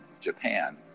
Japan